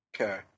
Okay